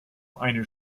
eine